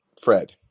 Fred